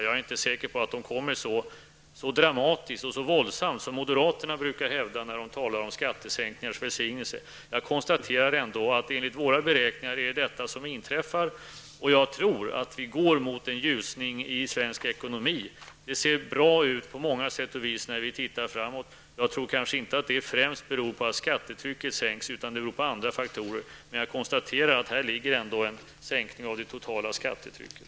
Jag är inte säker på att de kommer så dramatiskt och våldsamt som moderaterna brukar hävda när de talar om skattesänkningars välsignelser. Jag konstaterar ändå att detta kommer att inträffa, och jag tror att vi går mot en ljusning i svensk ekonomi. Det ser bra ut på många sätt och vis när vi ser framåt. Jag tror kanske inte att det främst beror på att skattetrycket sänks, utan det beror på andra faktorer. Jag kan ändå konstatera att detta innebär en sänkning av det totala skattetrycket.